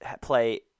play